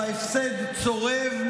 וההפסד צורב,